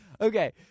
Okay